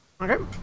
Okay